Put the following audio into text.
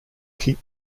keep